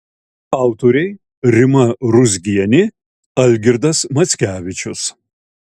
autoriai rima ruzgienė algirdas mackevičius